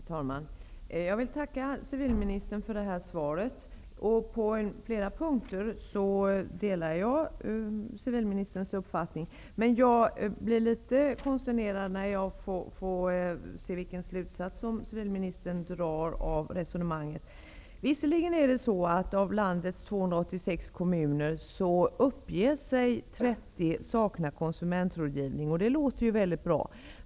Herr talman! Jag vill tacka civliministern för svaret. På flera punkter delar jag hennes uppfattning. Men jag blir litet konsternerad när jag hör vilken slutsats som civilministern drar av resonemanget. Av landets 286 kommuner uppger 30 att de saknar konsumentrådgivning, och det låter ju mycket bra.